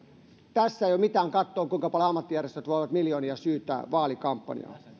tässä ei ole mitään kattoa kuinka paljon miljoonia ammattijärjestöt voivat syytää vaalikampanjaan